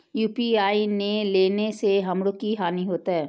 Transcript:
UPI ने लेने से हमरो की हानि होते?